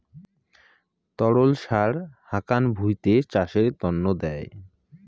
তরল সার হাকান ভুঁইতে চাষের তন্ন দেয়